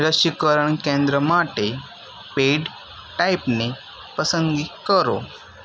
રસીકરણ કેન્દ્ર માટે પેઈડ ટાઈપની પસંદગી કરો